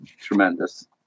tremendous